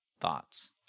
thoughts